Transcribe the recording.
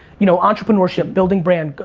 you know, entrepreneurship, building brands,